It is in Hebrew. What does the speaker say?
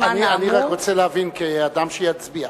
אני רק רוצה להבין כאדם שיצביע.